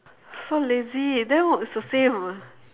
so lazy then what it's the same [what]